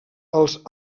els